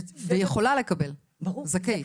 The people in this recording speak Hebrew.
ויכולה לקבל, זכאית.